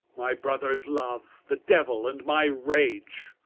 my brother's love, the devil, and my rage.